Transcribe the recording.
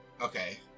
okay